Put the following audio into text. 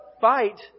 fight